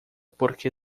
porque